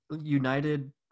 United